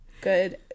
Good